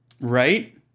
Right